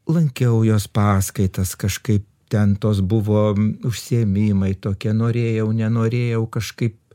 lankiau jos paskaitas kažkaip ten tos buvo užsiėmimai tokie norėjau nenorėjau kažkaip